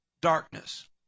darkness